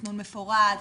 ותכנון מפורט,